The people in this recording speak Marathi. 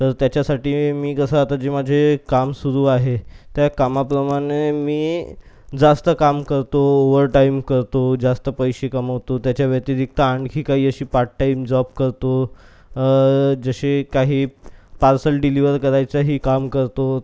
तर त्याच्यासाठी मी कसं आता जे माझे काम सुरू आहे त्या कामाप्रमाणे मी जास्त काम करतो ओवर टाइम करतो जास्त पैसे कमवतो त्याच्या व्यतिरिक्त आणखी काही अशी पार्ट टाइम जॉब करतो जसे काही पार्सल डिलीवर करायचं ही काम करतो